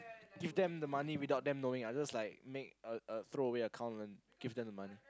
give them the money without them knowing I just like make like a throw away account and give them the money